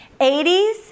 80s